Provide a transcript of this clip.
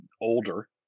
older